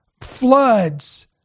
floods